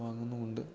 വാങ്ങുന്നുമുണ്ട്